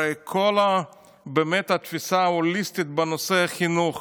הרי, באמת, התפיסה ההוליסטית בנושא חינוך